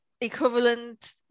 equivalent